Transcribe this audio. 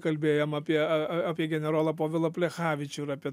kalbėjom apie apie generolą povilą plechavičių ir apie